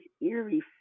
eerie